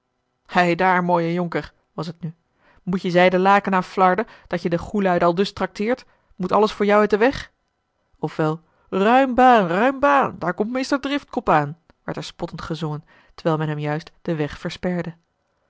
heidaar mooie jonker was het nu moet je zijden laken aan flarden dat je de goêlieden aldus tracteert moet alles voor jou uit den weg of wel ruim baan kuim baan daar komt meester driftkop aan werd er spottend gezongen terwijl men hem juist den weg versperde